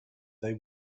they